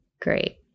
Great